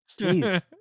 Jeez